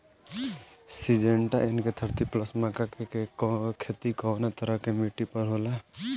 Syngenta NK thirty plus मक्का के के खेती कवना तरह के मिट्टी पर होला?